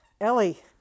Ellie